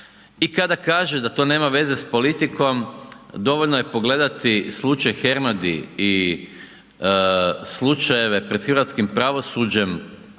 I kada kaže da to nema veze sa politikom dovoljno je pogledati slučaj Hernadi i slučajeve pred hrvatskim pravosuđem